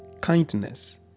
kindness